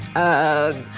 of.